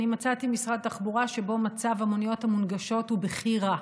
אני מצאתי משרד תחבורה שבו מצב המוניות המונגשות הוא בכי רע.